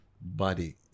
body